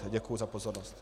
Děkuji za pozornost.